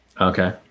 Okay